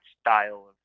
style